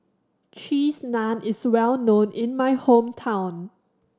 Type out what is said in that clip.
Cheese Naan is well known in my hometown